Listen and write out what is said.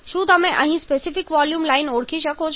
શું તમે અહીં સ્પેસિફિક વોલ્યુમ લાઈન ઓળખી શકો છો